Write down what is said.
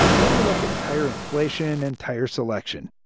then we look at tire inflation and tire selection.